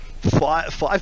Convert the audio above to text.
Five